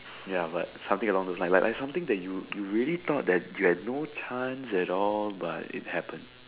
ya but something along those line like like something that you you really thought that you had no chance at all but it happens